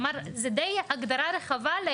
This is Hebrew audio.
כלומר, זו הגדרה די רחבה.